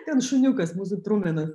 ten šuniukas mūsų trumenas